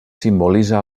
simbolitza